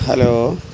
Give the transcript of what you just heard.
hello